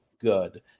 good